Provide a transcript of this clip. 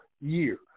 year